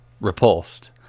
repulsed